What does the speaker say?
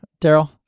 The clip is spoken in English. Daryl